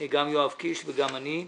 גם יואב קיש וגם אני.